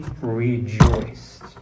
rejoiced